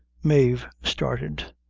mave started,